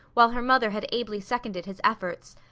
while her mother had ably seconded his efforts.